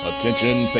Attention